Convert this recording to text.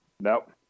Nope